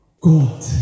God